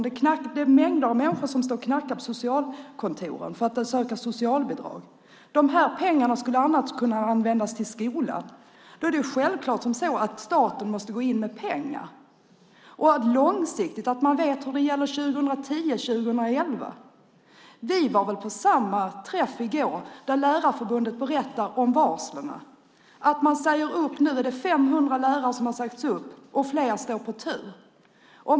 En mängd människor står och knackar på hos socialkontoren för att där söka socialbidrag. De pengarna hade i stället kunnat användas till skolan. Självklart måste staten då gå in med pengar långsiktigt så att man vet vad som gäller 2010 och 2011. Vi var väl på samma träff i går där Lärarförbundet berättade om varslen. Nu är det 500 lärare som har sagts upp, och fler står på tur.